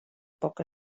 poc